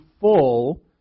full